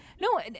no